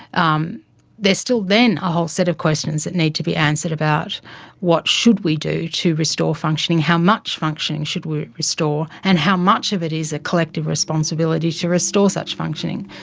um there's still then a whole set of questions that need to be answered about what should we do to restore functioning, how much functioning should we restore and how much of it is a collective responsibility to restore such functioning?